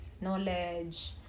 knowledge